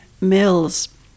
Mills